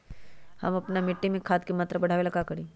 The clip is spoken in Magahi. हम अपना मिट्टी में खाद के मात्रा बढ़ा वे ला का करी?